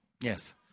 Yes